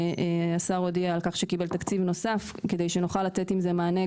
השר הודיע אתמול על כך שקיבל תקציב נוסף כדי שנוכל לתת לזה מענה,